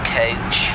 coach